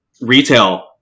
retail